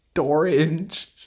Orange